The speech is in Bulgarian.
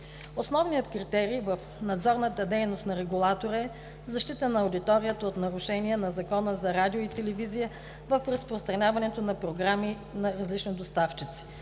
Основният критерий в надзорната дейност на регулатора е защитата на аудиторията от нарушения на Закона за радиото и телевизията в разпространяването на програми на различни доставчици.